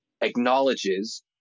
acknowledges